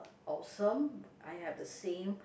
awesome I have the same